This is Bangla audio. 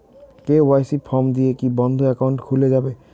কে.ওয়াই.সি ফর্ম দিয়ে কি বন্ধ একাউন্ট খুলে যাবে?